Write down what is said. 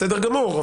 בסדר גמור.